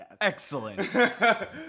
Excellent